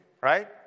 right